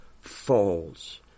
falls